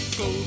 go